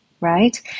right